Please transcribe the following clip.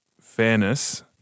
fairness